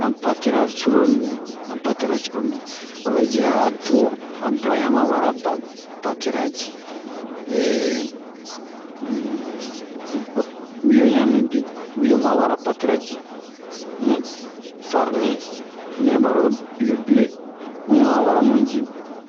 han pate-ra curulu mibin han pate-ra curulu mibin o vɛ ji a a duwa han duwo ɲaman wara pate pate-ra ji um wiyo ɲan mibin wiyo ɲaman wara pate-ra ji um farni nɛ ɓaro le ble mu ɲaman wara mu ji